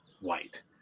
white